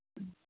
ഹമ്